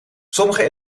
sommige